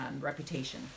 reputation